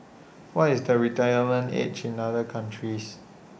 what is the retirement age in other countries